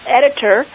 editor